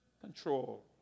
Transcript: control